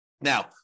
Now